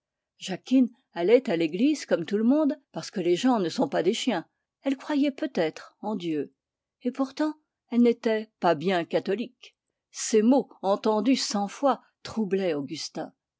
jacquine allait à l'église comme tout le monde parce que les gens ne sont pas des chiens elle croyait peut-être en dieu et pourtant elle n'était pas bien catholique ces mots entendus cent fois troublaient augustin